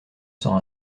sort